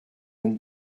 nhw